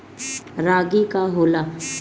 रागी का होला?